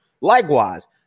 Likewise